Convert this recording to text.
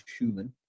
Schumann